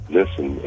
listen